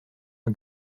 and